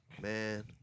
man